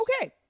Okay